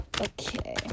Okay